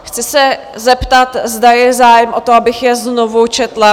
Chci se zeptat, zda je zájem o to, abych je znovu četla?